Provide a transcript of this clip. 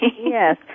Yes